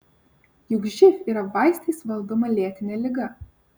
juk živ yra vaistais valdoma lėtinė liga